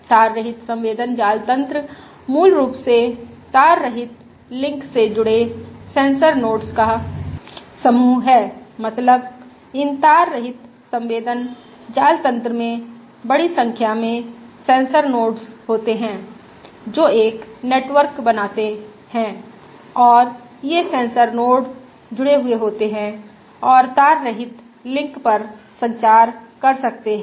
तार रहित संवेदन जाल तन्त्र मूल रूप से तार रहित लिंक से जुड़े सेंसर नोड्स का समूह है मतलब इन तार रहित संवेदन जाल तन्त्र में बड़ी संख्या में सेंसर नोड्स होते हैं जो एक नेटवर्क बनाते और ये सेंसर नोड्स जुड़े हुए होते हैं और तार रहित लिंक पर संचार कर सकते हैं